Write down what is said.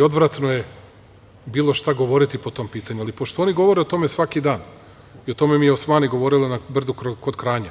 Odvratno je bilo šta govoriti po tom pitanju, ali pošto oni govore o tome svaki dan, i o tome mi je Osmani govorila na Brdu kod Kranja,